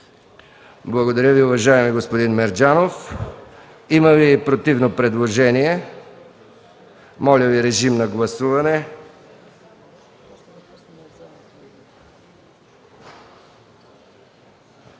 Благодаря Ви, уважаеми господин Мерджанов. Има ли противно предложение? Моля, гласувайте.